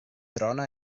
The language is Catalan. trona